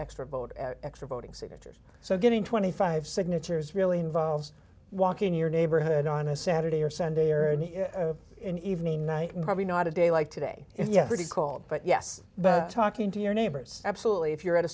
extra vote extra voting signatures so getting twenty five signatures really involves walking in your neighborhood on a saturday or sunday or in evening night and probably not a day like today if yesterday called but yes but talking to your neighbors absolutely if you're at a